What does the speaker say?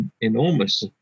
enormous